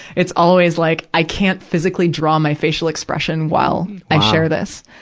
it's always, like, i can't physically draw my facial expression while i share this.